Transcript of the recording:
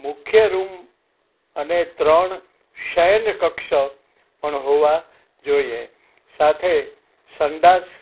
મુખ્ય રૂમ અને ત્રણ શયન કક્ષ પણ હોવાં જોઈએ સાથે સંડાસ